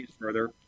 Further